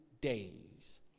days